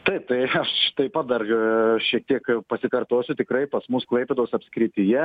taip tai aš taip pat dar šitiek pasikartosiu tikrai pas mus klaipėdos apskrityje